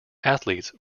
athletes